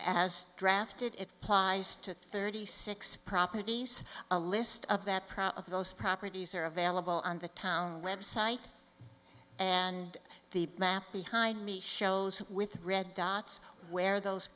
as drafted it applies to thirty six properties a list of that power of those properties are available on the town website and the map behind me shows with red dots where those